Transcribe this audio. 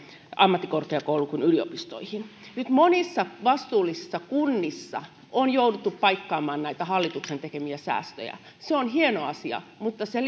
ammattikorkeakouluun kuin yliopistoihin nyt monissa vastuullisissa kunnissa on jouduttu paikkaamaan näitä hallituksen tekemiä säästöjä se on hieno asia mutta se